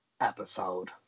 episode